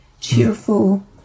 cheerful